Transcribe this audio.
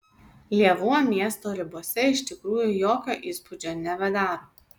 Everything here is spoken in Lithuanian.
lėvuo miesto ribose iš tikrųjų jokio įspūdžio nebedaro